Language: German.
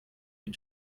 den